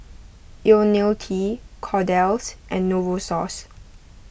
Ionil T Kordel's and Novosource